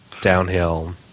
downhill